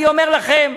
אני אומר לכם,